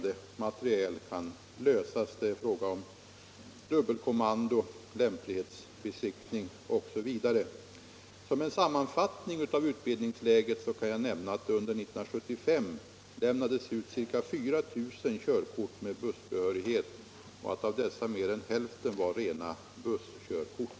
Det kan vara frågor rörande materiel eller gälla dubbelkommando, lämplighetsbesiktning osv. Som en sammanfattning av utbildningstillägget kan jag nämna att under år 1975 lämnades ut ca 4 000 körkort med bussförarbehörighet och all av dessa mer än hälften var rena busskörkort.